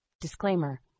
Disclaimer